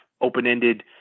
open-ended